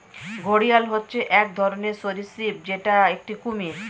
ঘড়িয়াল হচ্ছে এক ধরনের সরীসৃপ যেটা একটি কুমির